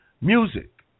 music